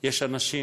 יש אנשים